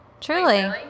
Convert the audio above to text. Truly